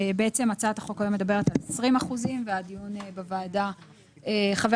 הצעת החוק היום מדברת על 20% ובוועדה חבר